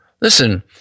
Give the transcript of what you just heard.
Listen